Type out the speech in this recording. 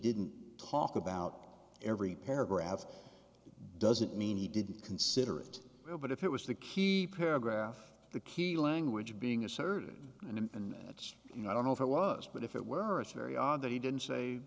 didn't talk about every paragraph doesn't mean he didn't consider it but if it was to keep paragraph the key language being asserted and it's you know i don't know if it was but if it were it's very odd that he didn't say